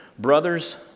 Brothers